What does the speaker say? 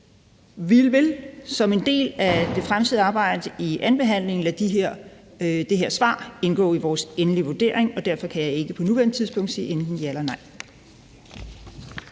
Vi vil som en del af det fremtidige arbejde under andenbehandlingen lade svaret indgå i vores endelig vurdering, og derfor kan jeg ikke på nuværende tidspunkt sige endeligt ja eller nej.